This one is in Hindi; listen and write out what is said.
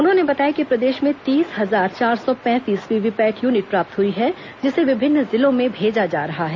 उन्होंने बताया कि प्रदेश में तीस हजार चार सौ पैंतीस वीवी पैट यूनिट प्राप्त हुई है जिसे विभिन्न जिलों में भेजा जा रहा है